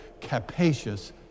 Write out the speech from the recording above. capacious